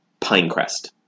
Pinecrest